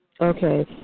Okay